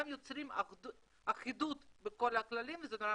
יוצרים אחידות בכל הכללים וזה חשוב.